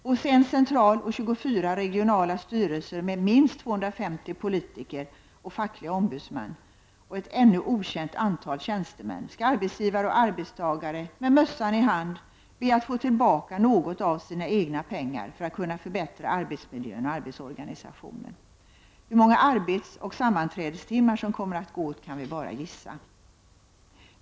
Hos en central och 24 regionala styrelser med minst 250 politiker och fackliga ombudsmän och ett ännu okänt antal tjänstemän skall arbetsgivare och arbetstagare med mössan i hand be att få tillbaka något av sina egna pengar för att kunna förbättra arbetsmiljön och arbetsorganisationen. Hur många arbetsoch sammanträdestimmar som kommer att gå åt kan vi bara gissa.